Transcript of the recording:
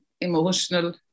emotional